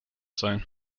sein